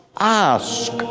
ask